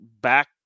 back